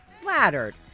flattered